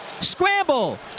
Scramble